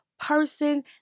person